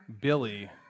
Billy